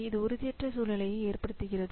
இது உறுதியற்ற சூழ்நிலை ஏற்படுகிறது